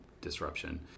disruption